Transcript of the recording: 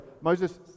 Moses